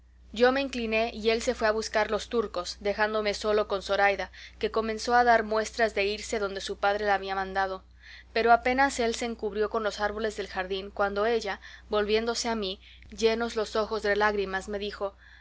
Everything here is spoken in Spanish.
yo me incliné y él se fue a buscar los turcos dejándome solo con zoraida que comenzó a dar muestras de irse donde su padre la había mandado pero apenas él se encubrió con los árboles del jardín cuando ella volviéndose a mí llenos los ojos de lágrimas me dijo